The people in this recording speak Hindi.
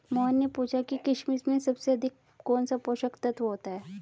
मोहन ने पूछा कि किशमिश में सबसे अधिक कौन सा पोषक तत्व होता है?